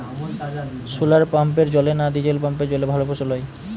শোলার পাম্পের জলে না ডিজেল পাম্পের জলে ভালো ফসল হয়?